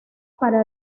para